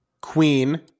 Queen